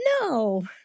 No